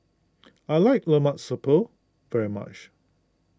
I like Lemak Siput very much